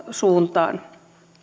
suuntaan